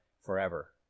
forever